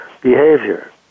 behavior